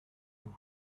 vous